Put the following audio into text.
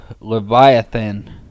Leviathan